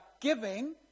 giving